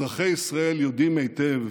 אזרחי ישראל יודעים היטב